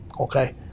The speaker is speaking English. okay